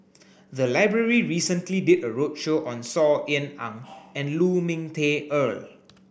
the library recently did a roadshow on Saw Ean Ang and Lu Ming Teh Earl